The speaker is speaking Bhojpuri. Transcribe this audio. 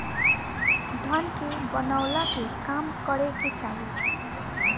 धन के बनवला के काम करे के चाही